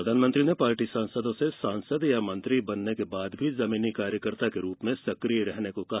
प्रधानमंत्री ने पार्टी सांसदों से सांसद या मंत्री बनने के बाद भी जमीनी कार्यकर्ता के रूप में सक्रिय रहने को कहा